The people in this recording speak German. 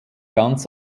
ganz